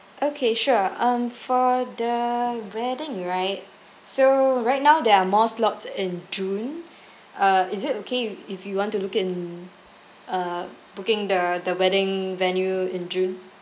okay sure um for the wedding right so right now there are more slots in june uh is it okay if if you want to look in uh booking the the wedding venue in june